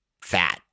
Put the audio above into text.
fat